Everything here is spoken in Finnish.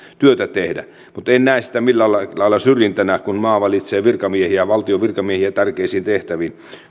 työtä tehdä eli en näe sitä millään lailla syrjintänä kun maa valitsee valtion virkamiehiä tärkeisiin tehtäviin